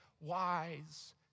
wise